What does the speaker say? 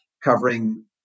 covering